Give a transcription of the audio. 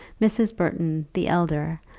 mrs. burton, the elder,